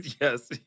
yes